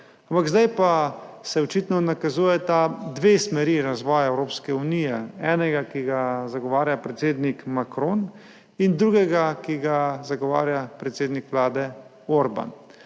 Ampak zdaj pa se očitno nakazujeta dve smeri razvoja Evropske unije – ena, ki jo zagovarja predsednik Macron, in druga, ki jo zagovarja predsednik vlade Orban.